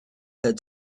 had